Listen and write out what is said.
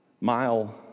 mile